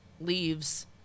leaves